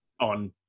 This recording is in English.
on